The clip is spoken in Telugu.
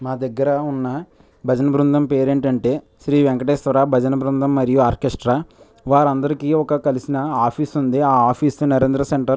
మా దగ్గర ఉన్న భజన బృందం పేరు ఏంటంటే శ్రీ వెంకటేశ్వర భజన బృందం మరియు ఆర్కెస్ట్రా వారందరికి ఒక కలిసి ఆఫీసు ఉంది ఆ ఆఫీసు నరేంద్ర సెంటర్